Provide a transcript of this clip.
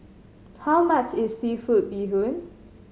how much is seafood bee hoon